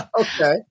Okay